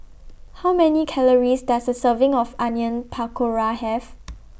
How Many Calories Does A Serving of Onion Pakora Have